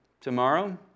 Tomorrow